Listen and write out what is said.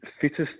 fittest